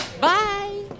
Bye